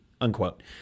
unquote